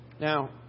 Now